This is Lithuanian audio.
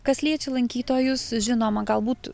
kas liečia lankytojus žinoma galbūt